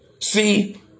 See